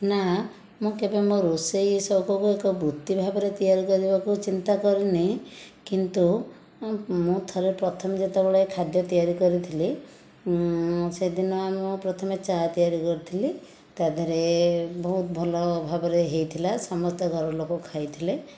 ନାଁ ମୁଁ କେବେ ମୋ ରୋଷେଇ ଏ ସବୁକୁ ବୃତ୍ତି ଭାବରେ ତିଆରି କରିବାକୁ ଚିନ୍ତା କରିନି କିନ୍ତୁ ମୁଁ ଥରେ ପ୍ରଥମେ ଯେତେବେଳେ ଖାଦ୍ୟ ତିଆରି କରିଥିଲି ସେଦିନ ମୁଁ ପ୍ରଥମେ ଚା ତିଆରି କରିଥିଲି ତା' ବହୁତ ଭଲ ଭାବରେ ହୋଇଥିଲା ସମସ୍ତେ ଘର ଲୋକ ଖାଇଥିଲେ